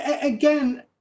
again